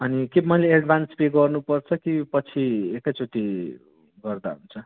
अनि के मैले एडभान्स पे गर्नुपर्छ कि पछि एकैचोटि गर्दा हुन्छ